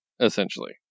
Essentially